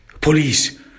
police